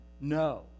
no